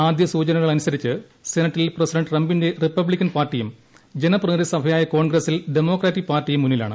ആദ്യ സൂചനകളനുസരിച്ച് സെനറ്റിൽ പ്രസിഡന്റ് ട്രംപിന്റെ റിപ്പബ്ലിക്കൻ പാർട്ടിയും ജനപ്രതിനിധി സഭയായ കോൺഗ്രസ്സിൽ ഡമോക്രാറ്റിക് പാർട്ടിയും മുന്നിലാണ്